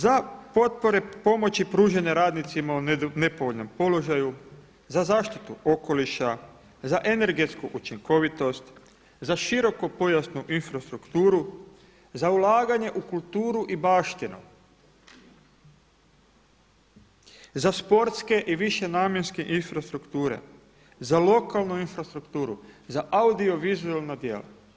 Za potpore pomoći pružanja radnicima u nepovoljnom položaju, za zaštitu okoliša, za energetsku učinkovitost, za širokopojasnu infrastrukturu, za ulaganje u kulturu i baštinu, za sportske i višenamjenske infrastrukture, za lokalnu infrastrukturu, za audiovizualna djela.